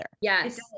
yes